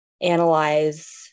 analyze